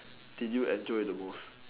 did you enjoy the most